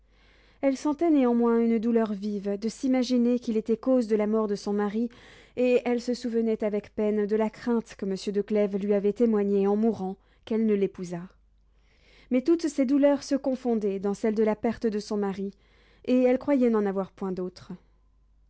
elle sentait néanmoins une douleur vive de s'imaginer qu'il était cause de la mort de son mari et elle se souvenait avec peine de la crainte que monsieur de clèves lui avait témoignée en mourant qu'elle ne l'épousât mais toutes ces douleurs se confondaient dans celle de la perte de son mari et elle croyait n'en avoir point d'autre